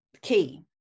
key